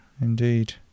indeed